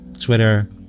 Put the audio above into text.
Twitter